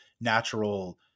natural